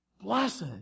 Blessed